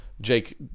Jake